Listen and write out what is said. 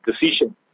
decision